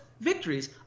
victories